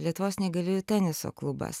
lietuvos neįgaliųjų teniso klubas